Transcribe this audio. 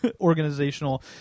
organizational